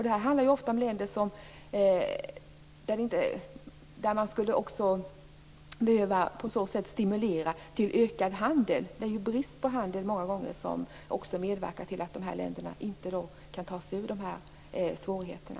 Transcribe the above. Det handlar ofta om länder där man skulle behöva stimulera till ökad handel. Många gånger är det bristen på handel som medverkar till att de här länderna inte kan ta sig ur de här svårigheterna.